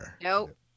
Nope